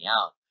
out